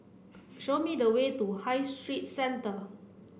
show me the way to High Street Centre